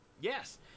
Yes